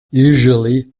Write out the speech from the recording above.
usually